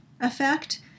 effect